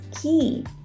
key